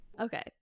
okay